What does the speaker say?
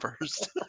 first